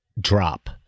drop